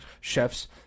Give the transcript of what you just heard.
chefs